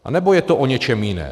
Anebo je to o něčem jiném?